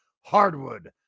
Hardwood